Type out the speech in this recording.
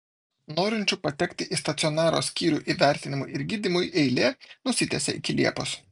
norinčių patekti į stacionaro skyrių įvertinimui ir gydymui eilė nusitęsė iki liepos